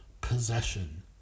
possession